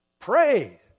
Pray